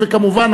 וכמובן,